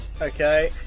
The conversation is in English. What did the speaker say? Okay